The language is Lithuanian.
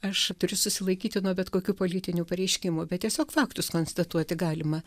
aš turiu susilaikyti nuo bet kokių politinių pareiškimų bet tiesiog faktus konstatuoti galima